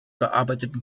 bearbeiteten